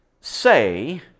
say